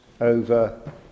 over